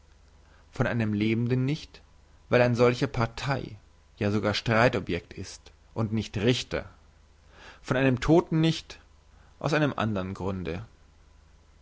von einem lebenden nicht weil ein solcher partei ja sogar streitobjekt ist und nicht richter von einem todten nicht aus einem andren grunde